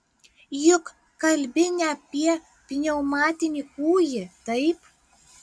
juk kalbi ne apie pneumatinį kūjį taip